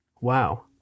Wow